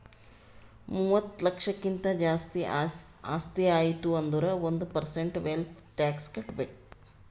ಮೂವತ್ತ ಲಕ್ಷಕ್ಕಿಂತ್ ಜಾಸ್ತಿ ಆಸ್ತಿ ಆಯ್ತು ಅಂದುರ್ ಒಂದ್ ಪರ್ಸೆಂಟ್ ವೆಲ್ತ್ ಟ್ಯಾಕ್ಸ್ ಕಟ್ಬೇಕ್